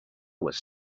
was